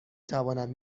توانم